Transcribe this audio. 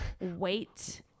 wait